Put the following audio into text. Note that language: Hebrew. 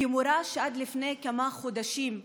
כמורה שעד לפני כמה חודשים,